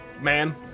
man